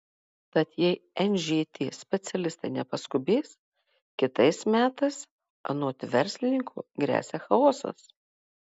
tad jei nžt specialistai nepaskubės kitais metais anot verslininko gresia chaosas